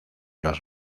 los